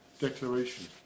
declaration